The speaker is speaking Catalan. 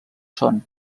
són